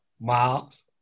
Miles